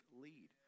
lead